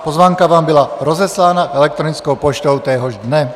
Pozvánka vám byla rozeslána elektronickou poštou téhož dne.